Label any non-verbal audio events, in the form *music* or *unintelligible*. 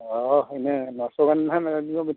ᱦᱮᱸ ᱤᱱᱟᱹ ᱱᱚᱥᱚ ᱜᱟᱱ ᱦᱟᱜ *unintelligible*